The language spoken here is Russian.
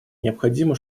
необходимо